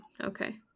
okay